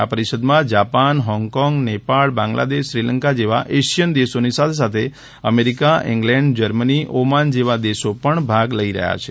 આ પરિષદમાં Japan Hong Kong Nepal Bangladesh Sri Lanka જેવા એશિયન દેશોની સાથે સાથે અમેરિકા ઇંગ્લેન્ડ જર્મની ઓમાન જેવા દેશો પણ ભાગ લઇ રહ્યા છે